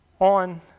on